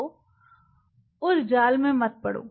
तो उस जाल में मत पड़ो